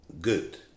Good